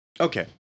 Okay